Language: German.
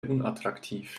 unattraktiv